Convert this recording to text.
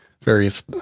various